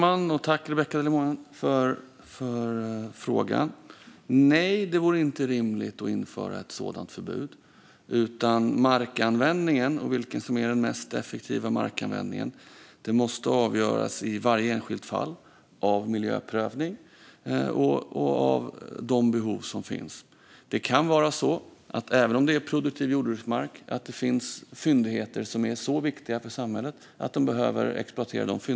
Fru talman! Tack, Rebecka Le Moine, för frågan! Nej, det vore inte rimligt att införa ett sådant förbud. Vad som är den mest effektiva markanvändningen måste avgöras i varje enskilt fall i en miljöprövning och utifrån de behov som finns. Även om det är produktiv jordbruksmark kan det finnas fyndigheter som är så viktiga för samhället att de behöver exploateras.